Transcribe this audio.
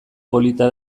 polita